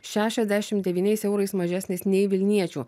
šešiasdešim devyniais eurais mažesnis nei vilniečių